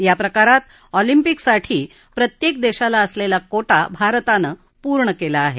या प्रकारात ऑलिपिंकसाठी प्रत्येक देशाला असलेला कोटा भारतानं पूर्ण केला आहे